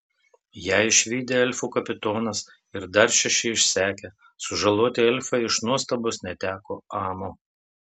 ją išvydę elfų kapitonas ir dar šeši išsekę sužaloti elfai iš nuostabos neteko amo